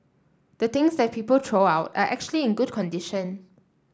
the things that people throw out are actually in good condition